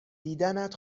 دیدنت